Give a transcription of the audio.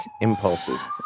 impulses